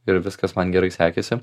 ir viskas man gerai sekėsi